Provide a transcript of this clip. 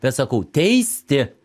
bet sakau teisti